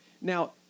Now